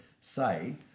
say